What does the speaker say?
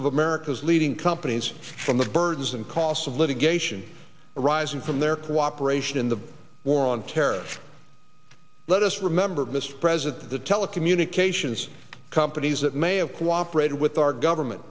of america's leading companies from the burdens and costs of litigation arising from their cooperation in the war on terror let us remember mr president that the telecommunications companies that may have cooperated with our government